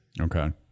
Okay